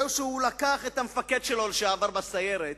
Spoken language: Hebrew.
זה שהוא לקח את המפקד שלו לשעבר בסיירת,